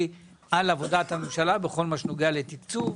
על עבודה הממשלה בכל מה שנוגע לתקצוב,